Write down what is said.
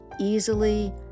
easily